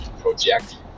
project